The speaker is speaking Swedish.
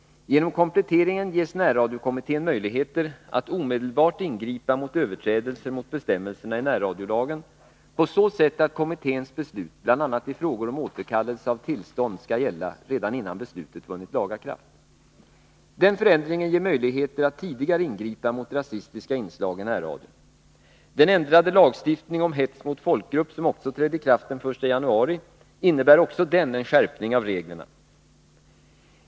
Genom kompletteringen ges närradiokommittén möjligheter att omedelbart ingripa mot överträdelser mot bestämmelserna i närradiolagen på så sätt att kommitténs beslut bl.a. i frågor om återkallelse av tillstånd skall gälla redan innan beslutet vunnit laga kraft. Denna förändring ger möjligheter att tidigare ingripa mot rasistiska inslag i närradion. Den ändrade lagstiftning om hets mot folkgrupp, som också trädde i kraft den 1 januari, innebär även den en skärpning av reglerna.